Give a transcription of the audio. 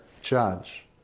judge